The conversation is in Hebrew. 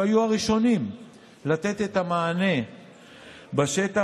שהיו הראשונים לתת את המענה בשטח,